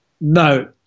No